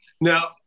Now